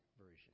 Version